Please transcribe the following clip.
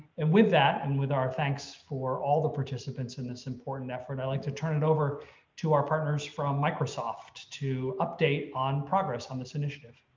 and with that, and with our thanks for all the participants in this important effort. i like to turn it over to our partners from microsoft to update on progress on this initiative.